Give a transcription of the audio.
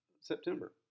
September